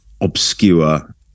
obscure